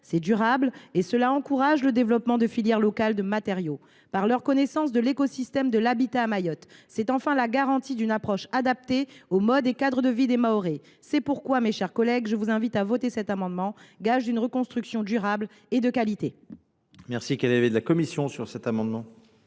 c’est durable et cela encourage le développement de filières locales de matériaux. Enfin, leur connaissance de l’écosystème de l’habitat à Mayotte sera la garantie d’une approche adaptée au mode de vie et au cadre de vie des Mahorais. C’est pourquoi, mes chers collègues, je vous invite à voter cet amendement, gage d’une reconstruction durable et de qualité. Quel est l’avis de la commission ? Les architectes